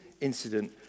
incident